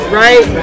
right